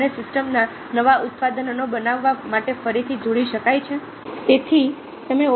શું તેમને સિસ્ટમના નવા ઉત્પાદનો બનાવવા માટે ફરીથી જોડી શકાય છે